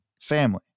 family